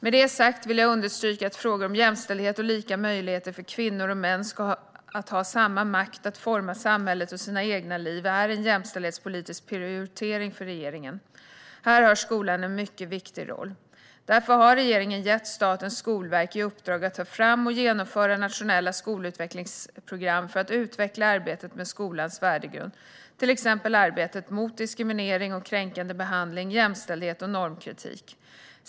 Med det sagt vill jag understryka att frågor om jämställdhet och lika möjligheter för kvinnor och män att ha samma makt att forma samhället och sina egna liv är en jämställdhetspolitisk prioritering för regeringen. Här har skolan en mycket viktig roll. Därför har regeringen gett Statens skolverk i uppdrag att ta fram och genomföra nationella skolutvecklingsprogram för att utveckla arbetet med skolans värdegrund, till exempel arbetet mot diskriminering och kränkande behandling samt jämställdhet och normkritik.